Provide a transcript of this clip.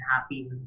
happy